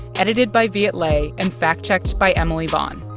edited by viet le and fact-checked by emily vaughn.